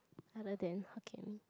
other than hokkien mee